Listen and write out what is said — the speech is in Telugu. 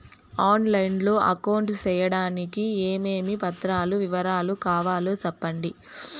ఆన్ లైను లో అకౌంట్ సేయడానికి ఏమేమి పత్రాల వివరాలు కావాలో సెప్పండి?